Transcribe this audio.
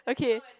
okay